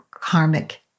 karmic